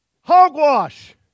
Hogwash